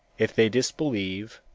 if they disbelieve,